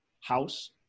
house